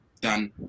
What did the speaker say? done